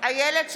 איילת שקד,